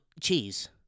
cheese